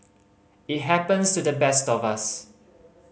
it happens to the best of us